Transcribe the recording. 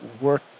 work